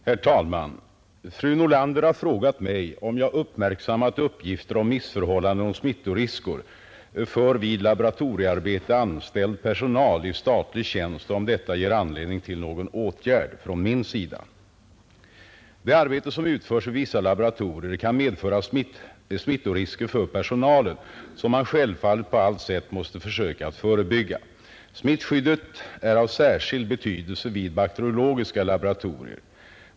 Herr talman! Fru Nordlander har frågat mig om jag uppmärksammat uppgifter om missförhållanden och smittorisker för vid laboratoriearbete anställd personal i statlig tjänst och om detta ger anledning till någon åtgärd från min sida. Det arbete som utförs vid vissa laboratorier kan medföra smittorisker för personalen som man självfallet på allt sätt måste försöka att förebygga. Smittskyddet är av särskild betydelse vid bakteriologiska laboratorier.